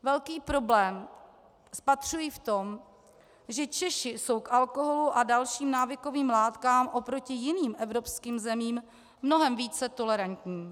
Velký problém spatřuji v tom, že Češi jsou k alkoholu a dalším návykovým látkám oproti jiným evropským zemím mnohem více tolerantní.